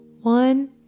One